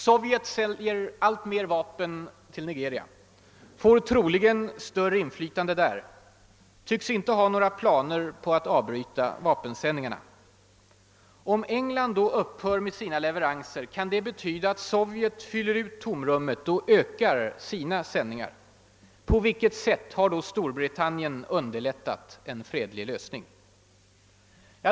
Sovjet säljer alltmer vapen till Nigeria, får troligen större inflytande där, tycks inte ha några planer på att avbryta vapensändningarna. Om England då upphör med sina leveranser, kan det betyda att Sovjet fyller ut tomrummet och ökar sina sändningar. På vilket sätt har då Storbritannien underlättat en fredlig lösning?